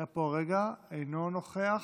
אינו נוכח,